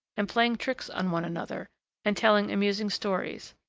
and playing tricks on one another and telling amusing stories.